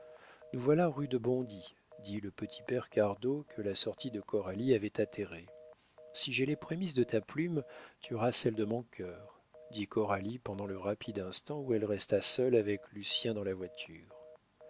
nous voilà rue de bondy dit le petit père cardot que la sortie de coralie avait atterré si j'ai les prémices de ta plume tu auras celles de mon cœur dit coralie pendant le rapide instant où elle resta seule avec lucien dans la voiture